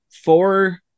four